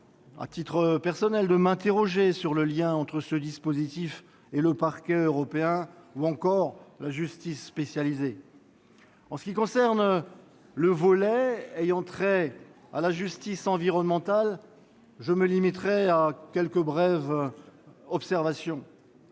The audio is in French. à titre personnel, de m'interroger sur le lien entre ce dispositif et le Parquet européen ou encore la justice spécialisée. En ce qui concerne le volet ayant trait à la justice environnementale, je me limiterai à de brèves observations.